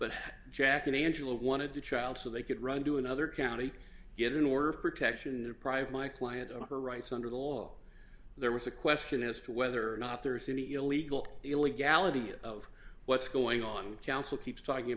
but jack and angela wanted the child so they could run to another county get an order of protection a private client and her rights under the law there was a question as to whether or not there's any illegal illegality of what's going on counsel keeps talking